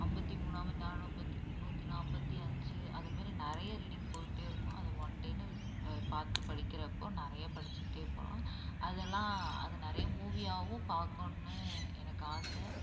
ஐம்பத்தி மூணாவத ஐம்பத்தி நூற்றி நாற்பத்தி அஞ்சு அது மாரி நிறைய ரீடிங் போய்கிட்டே இருக்கும் அது ஒன் டேன்னு விசிட் பார்த்து படிக்கிறப்போது நிறைய படிச்சுக்கிட்டே போகலாம் அதெல்லாம் அது நிறைய மூவியாகவும் பார்க்கோணு எனக்கு ஆசை